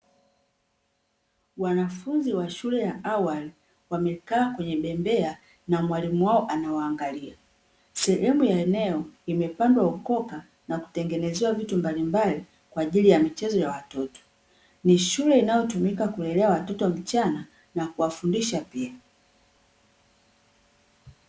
Wanafunzi wa shule ya awali wamekaa kwenye bembea na mwalimu wao anawaangalia. Sehemu ya eneo imepandwa ukoka na kutengenezewa vitu mbalimbali kwa ajili ya michezo ya watoto. Ni shule inayotumika kulelea watoto mchana na kuwafundisha pia.